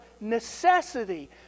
necessity